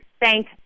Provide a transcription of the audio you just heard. thank